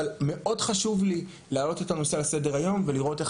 אבל מאוד חשוב לי להעלות את הנושא לסדר-היום ולראות איך